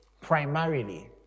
primarily